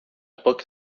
booked